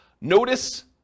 Notice